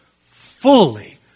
fully